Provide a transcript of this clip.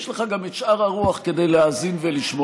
יש לך גם את שאר הרוח כדי להאזין ולשמוע.